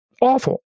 awful